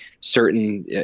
certain